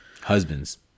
husbands